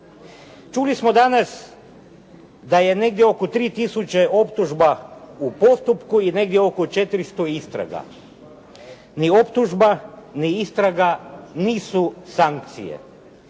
Čuli smo danas da je negdje oko 3000 optužba u postupku i negdje oko 400 istraga. Ni optužba, ni istraga nisu sankcije.